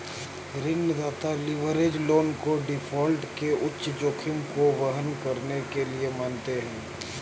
ऋणदाता leverage loan को default के उच्च जोखिम को वहन करने के लिए मानते हैं